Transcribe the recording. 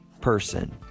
person